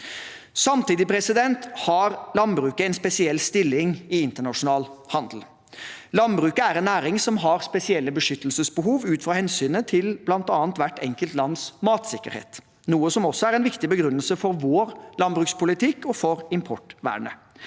reduseres. Landbruket har en spesiell stilling i internasjonal handel. Landbruket er en næring som har spesielle beskyttelsesbehov ut fra hensynet til bl.a. hvert enkelt lands matsikkerhet, noe som også er en viktig begrunnelse for vår landbrukspolitikk og for importvernet.